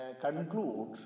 conclude